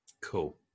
Cool